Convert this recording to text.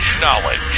Knowledge